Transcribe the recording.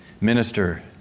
minister